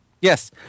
Yes